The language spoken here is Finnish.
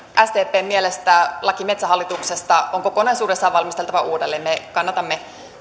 sdpn mielestä laki metsähallituksesta on kokonaisuudessaan valmisteltava uudelleen me kannatamme